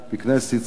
בכנסת ישראל,